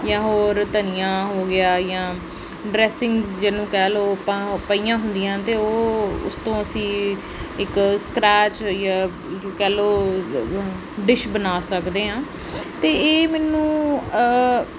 ਜਾਂ ਹੋਰ ਧਨੀਆ ਹੋ ਗਿਆ ਜਾਂ ਡਰੈਸਿੰਗਜ ਜਿਹਨੂੰ ਕਹਿ ਲਓ ਆਪਾਂ ਪਈਆਂ ਹੁੰਦੀਆਂ ਅਤੇ ਉਹ ਉਸ ਤੋਂ ਅਸੀਂ ਇੱਕ ਸਕ੍ਰੈਚ ਹੋਈ ਆ ਕਹਿ ਲਓ ਡਿਸ਼ ਬਣਾ ਸਕਦੇ ਹਾਂ ਅਤੇ ਇਹ ਮੈਨੂੰ